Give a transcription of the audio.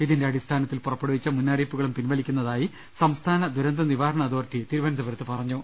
ഇതിന്റെ അടിസ്ഥാ നത്തിൽ പുറപ്പെടുവിച്ച മുന്നറിയിപ്പുകളും പിൻവലി ക്കുന്നതായി സംസ്ഥാന ദുരന്ത നിവാരണ അതോറിറ്റി തിരുവന്തപുരത്ത് അറിയിച്ചു